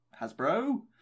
Hasbro